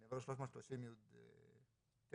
ברגע שזה אחוזים, ברור